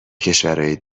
کشورای